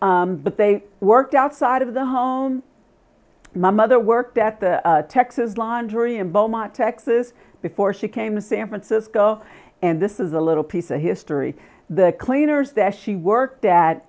but they worked outside of the home my mother worked at the texas laundry in beaumont texas before she came to san francisco and this is a little piece of history the cleaners that she worked at